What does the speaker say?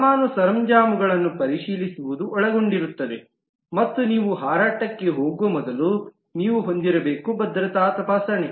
ಸಾಮಾನು ಸರಂಜಾಮುಗಳನ್ನು ಪರಿಶೀಲಿಸುವುದು ಒಳಗೊಂಡಿರುತ್ತದೆ ಮತ್ತು ನೀವು ಹಾರಾಟಕ್ಕೆ ಹೋಗುವ ಮೊದಲು ನೀವು ಹೊಂದಿರಬೇಕು ಭದ್ರತಾ ತಪಾಸಣೆ